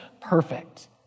perfect